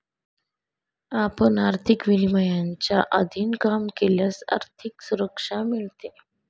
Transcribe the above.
आपण आर्थिक विनियमांच्या अधीन काम केल्यास आर्थिक सुरक्षा मिळते